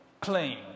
claim